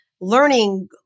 learning